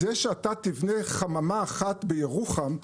זה שתבנה חממה אחת בירוחם,